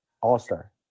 all-star